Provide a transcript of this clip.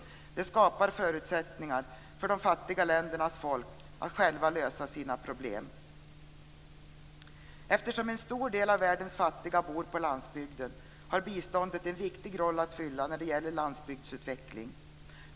Det skapar förutsättningar för de fattiga ländernas folk att själva lösa sina problem. Eftersom en stor del av världens fattiga bor på landsbygden har biståndet en viktig roll att fylla när det gäller landsbygdsutveckling.